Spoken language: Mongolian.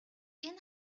энэ